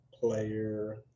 player